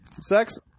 sex